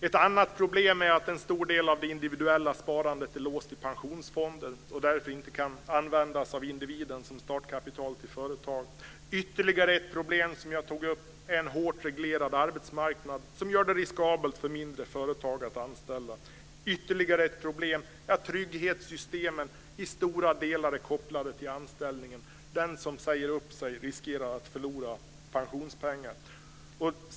Ett annat problem är att en stor del av det individuella sparandet är låst i pensionsfonder och därför inte kan användas av individen som startkapital till företag. Ytterligare ett problem är en hårt reglerad arbetsmarknad som gör det riskabelt för mindre företag att anställa. Ännu ett problem är att trygghetssystemen till stora delar är kopplade till en anställning. Den som säger upp sig riskerar att förlora pensionspengar.